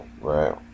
Right